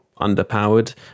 underpowered